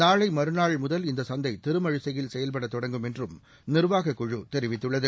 நாளை மறுநாள் முதல் இந்த சந்தை திருமழிசையில் செயல்பட தொடங்கும் என்றும் நிர்வாகக்குழு தெரிவித்துள்ளது